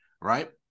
right